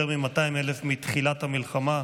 יותר מ-200,000 מתחילת המלחמה.